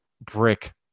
brick